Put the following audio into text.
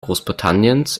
großbritanniens